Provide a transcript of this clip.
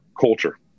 culture